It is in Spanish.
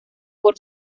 por